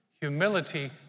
Humility